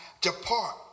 depart